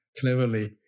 cleverly